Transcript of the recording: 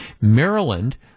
Maryland